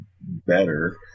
better